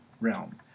realm